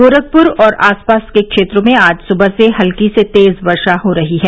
गोरखपुर और आसपास के क्षेत्रों में आज सुबह से हल्की से तेज वर्षा हो रही है